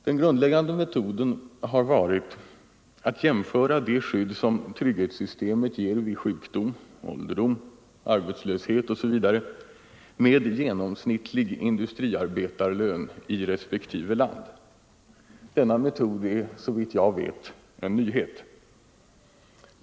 Den grundläggande metoden har varit att jämföra det skydd som trygghetssystemet ger vid sjukdom, ålderdom, arbetslöshet osv. med genomsnittlig industriarbetarlön i respektive land. Denna metod är, såvitt jag vet, en nyhet.